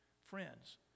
Friends